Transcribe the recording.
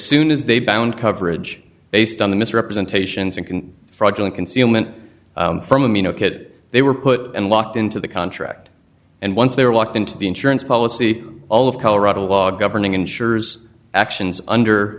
soon as they bound coverage based on the misrepresentations and can fraudulent concealment from you know it they were put and locked into the contract and once they were locked into the insurance policy all of colorado law governing insurers actions under